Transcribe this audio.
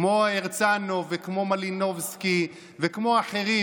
כמו הרצנו וכמו מלינובסקי וכמו אחרים,